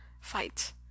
fight